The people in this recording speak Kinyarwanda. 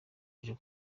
ejo